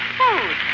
food